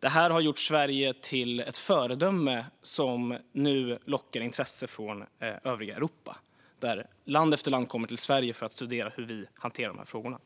Det har gjort Sverige till ett föredöme som nu lockar intresserade från övriga Europa. Från land efter land kommer man till Sverige för att studera hur vi hanterar de här frågorna.